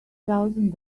thousand